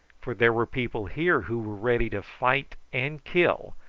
for there were people here who were ready to fight and kill,